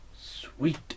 Sweet